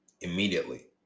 immediately